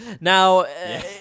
now